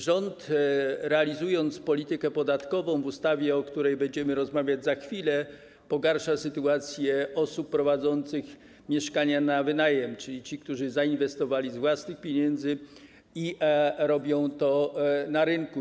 Rząd, realizując politykę podatkową w ustawie, o której będziemy rozmawiać za chwilę, pogarsza sytuację osób posiadających mieszkania na wynajem, czyli tych, którzy zainwestowali z własnych pieniędzy i robią to na rynku.